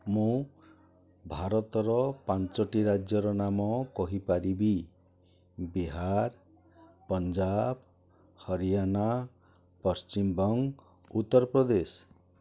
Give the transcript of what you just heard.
ମୁଁ ଭାରତର ପାଞ୍ଚଟି ରାଜ୍ୟର ନାମ କହିପାରିବି ବିହାର ପଞ୍ଜାଵ ହରିୟାନା ପଶ୍ଚିମବଙ୍ଗ ଉତ୍ତରପ୍ରଦେଶ